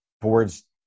boards